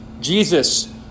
Jesus